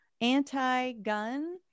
anti-gun